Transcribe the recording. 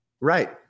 Right